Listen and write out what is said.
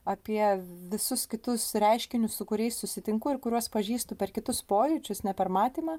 apie visus kitus reiškinius su kuriais susitinku ir kuriuos pažįstu per kitus pojūčius ne per matymą